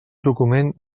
document